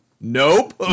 Nope